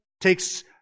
takes